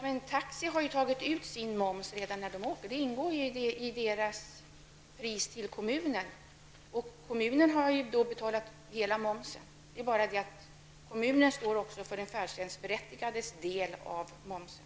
Herr talman! Men taxiföretaget har ju redan tagit ut sin moms. Det ingår i priset till kommunen. Kommunen har då betalat hela momsen, men kommunen står också för den färdtjänstberättigades del av momsen.